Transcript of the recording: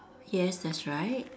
yes that's right